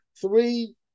three